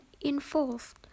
involved